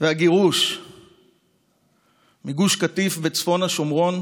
והגירוש מגוש קטיף וצפון השומרון